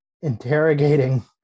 interrogating